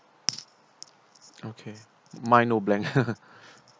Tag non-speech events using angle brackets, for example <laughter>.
okay mine no blank <laughs>